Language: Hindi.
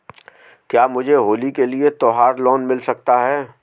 क्या मुझे होली के लिए त्यौहार लोंन मिल सकता है?